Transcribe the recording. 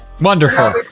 wonderful